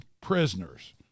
prisoners